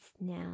now